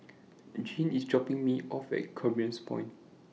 Jean IS dropping Me off At Commerce Point